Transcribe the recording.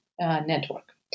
Network